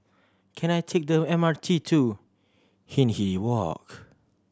can I take the M R T to Hindhede Walk